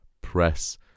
Press